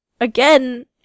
again